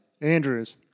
andrews